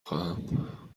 خواهم